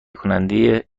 کنده